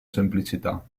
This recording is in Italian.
semplicità